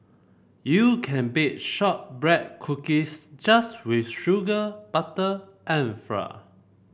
you can bake shortbread cookies just with sugar butter and flour